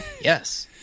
Yes